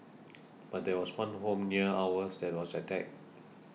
but there was one home near ours that was attacked